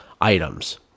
items